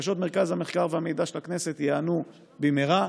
בקשות מרכז המחקר והמידע של הכנסת ייענו במהרה.